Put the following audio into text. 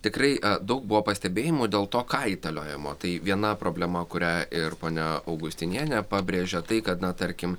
tikrai daug buvo pastebėjimų dėl to kaitaliojimo tai viena problema kurią ir ponia augustinienė pabrėžia tai kad na tarkim